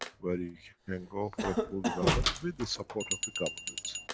where you can go for a full development, with the support of the governments.